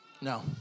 No